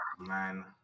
Man